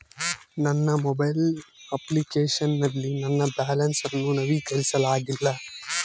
ನನ್ನ mobile application ನಲ್ಲಿ ನನ್ನ ಬ್ಯಾಲೆನ್ಸ್ ಅನ್ನು ನವೀಕರಿಸಲಾಗಿಲ್ಲ